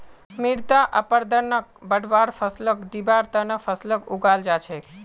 मृदा अपरदनक बढ़वार फ़सलक दिबार त न फसलक उगाल जा छेक